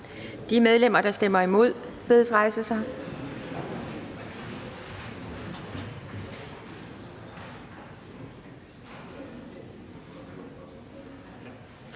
De medlemmer, der stemmer imod, bedes rejse sig.